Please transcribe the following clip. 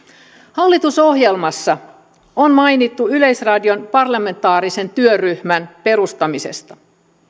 hallitusohjelmassa on mainittu yleisradion parlamentaarisen työryhmän perustamisesta